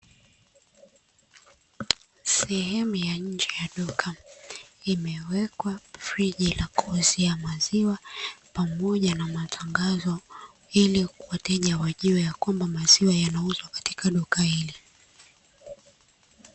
Sehemu ya nje ya duka, imewekwa friji la kuuzia maziwa pamoja na matangazo, ili wateja wajue ya kwamba maziwa yanauzwa katika duka hili.